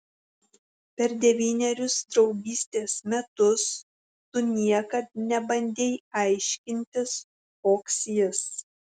per devynerius draugystės metus tu niekad nebandei aiškintis koks jis